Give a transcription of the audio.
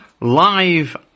Live